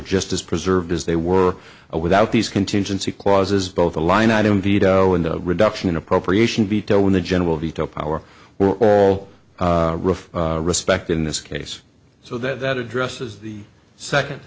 just as preserved as they were without these contingency clauses both a line item veto and a reduction in appropriation veto when the general veto power were all rough respect in this case so that that addresses the second